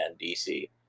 DC